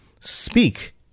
speak